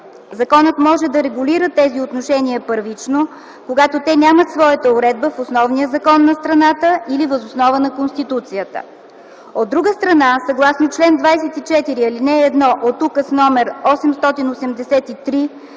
Законът може да регулира тези отношения първично, когато те нямат своята уредба в основния закон на страната или въз основа на Конституцията. От друга страна, съгласно чл. 24, ал. 1 от Указ № 883